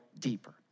deeper